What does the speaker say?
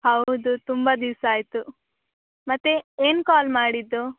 ಹೌದು ತುಂಬ ದಿವಸ ಆಯಿತು ಮತ್ತೆ ಏನು ಕಾಲ್ ಮಾಡಿದ್ದು